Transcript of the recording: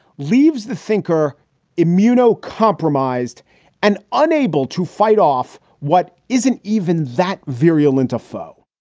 leaves the thinker immunocompromised and unable to fight off what isn't even that variable into faux